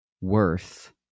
worth